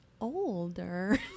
older